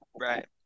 Right